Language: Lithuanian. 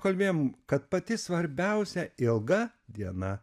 kalbėjom kad pati svarbiausia ilga diena